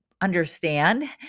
understand